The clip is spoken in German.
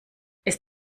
ist